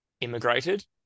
immigrated